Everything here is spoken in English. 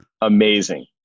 amazing